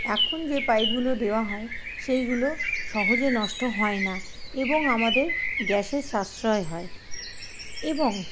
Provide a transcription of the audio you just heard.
এখন যে পাইপগুলো দেয়া হয় সেইগুলো সহজে নষ্ট হয় না এবং আমাদের গ্যাসের সাশ্রয় হয় এবং